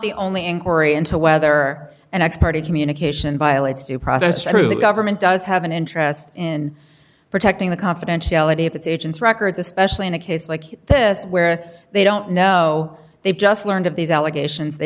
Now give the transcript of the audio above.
the only inquiry into whether an expert in communication violates due process true the government does have an interest in protecting the confidentiality of its agents records especially in a case like this where they don't know they've just learned of these allegations they